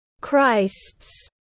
Christ's